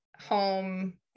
home